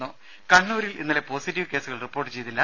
ദ്ദേ കണ്ണൂരിൽ ഇന്നലെ പോസിറ്റീവ് കേസുകൾ റിപ്പോർട്ട് ചെയതില്ല